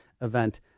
event